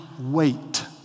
wait